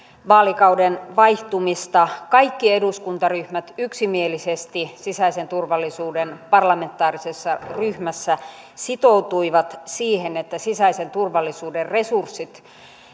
vaalikauden vaihtumista kaikki eduskuntaryhmät yksimielisesti sisäisen turvallisuuden parlamentaarisessa ryhmässä sitoutuivat siihen että sisäisen turvallisuuden resurssit